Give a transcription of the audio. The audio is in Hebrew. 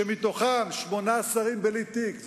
שמתוכם שמונה שרים בלי תיק?